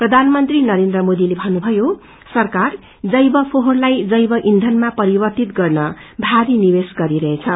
प्रधानमंत्री नरेन्द्र मोदीले भन्नुभयो सरकार जैव फोहोरलाई जैव ईथनमा परिवर्तित गर्न भारी निवेश गरिरहेछ